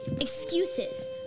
excuses